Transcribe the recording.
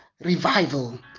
revival